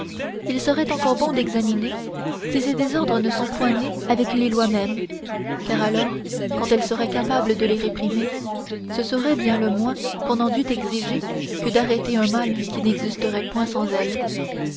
il serait encore bon d'examiner si ces désordres ne sont point nés avec les lois mêmes car alors quand elles seraient capables de les réprimer ce serait bien le moins qu'on en dût exiger que d'arrêter un mal qui n'existerait point sans elles